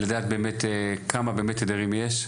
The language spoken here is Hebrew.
לדעת כמה באמת תדרים יש.